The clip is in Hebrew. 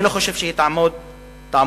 ואני לא חושב שהיא תעמוד בזה.